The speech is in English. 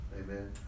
Amen